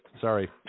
Sorry